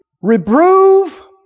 Reprove